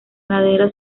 ladera